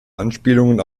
anspielungen